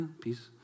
peace